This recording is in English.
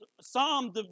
psalm